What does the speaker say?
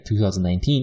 2019